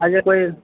આજે કોઈ